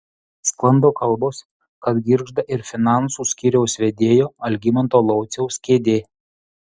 sklando kalbos kad girgžda ir finansų skyriaus vedėjo algimanto lauciaus kėdė